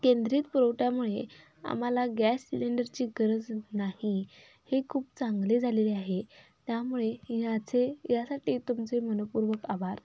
केंद्रित पुरवठ्यामुळे आम्हाला गॅस सिलेंडरची गरज नाही हे खूप चांगले झालेले आहे त्यामुळे याचे यासाठी तुमचे मनःपूर्वक आभार